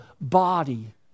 body